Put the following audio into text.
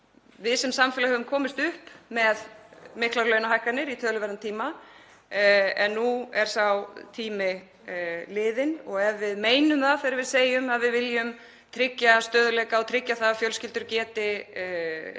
Við sem samfélag höfum komist upp með miklar launahækkanir í töluverðan tíma en nú er sá tími liðinn. Ef við meinum það þegar við segjum að við viljum tryggja stöðugleika og tryggja það að fjölskyldur geti greitt